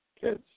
kids